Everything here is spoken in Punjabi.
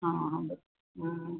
ਹਾਂ ਹਾਂ ਹਾਂ